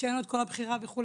כשאין לו את כל הבחירה וכולי,